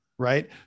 Right